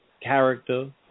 character